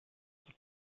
the